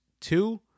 two